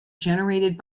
generated